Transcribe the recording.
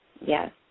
Yes